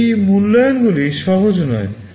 এই মূল্যায়নগুলি সহজ নয়